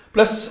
Plus